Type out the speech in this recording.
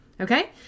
okay